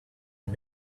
and